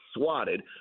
swatted